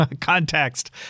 context